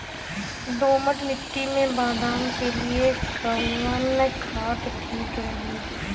दोमट मिट्टी मे बादाम के लिए कवन खाद ठीक रही?